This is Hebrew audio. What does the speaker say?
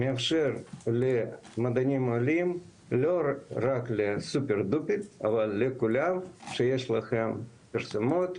מאפשר למדענים עולים לא רק לסופר דופר אלא לכולם שיש להם פרסומים,